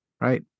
right